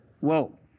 Whoa